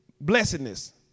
blessedness